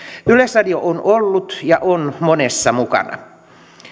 yleisradio on ollut ja on monessa mukana